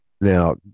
Now